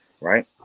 Right